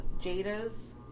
Jada's